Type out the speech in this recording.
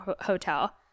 hotel